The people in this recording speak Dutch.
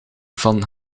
van